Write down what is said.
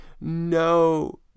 no